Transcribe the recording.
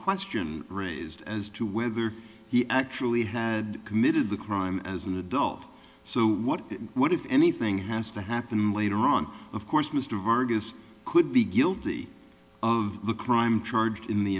question raised as to whether he actually had committed the crime as an adult so what what if anything has to happen later on of course mr vargas could be guilty of the crime charged in the